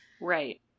Right